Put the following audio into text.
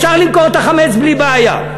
אפשר למכור את החמץ בלי בעיה.